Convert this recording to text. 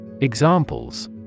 Examples